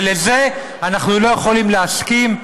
ולזה אנחנו לא יכולים להסכים.